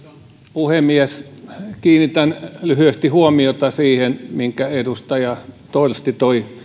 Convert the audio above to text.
puhemies kiinnitän lyhyesti huomiota siihen minkä edustaja torsti toi